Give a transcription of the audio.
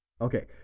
Okay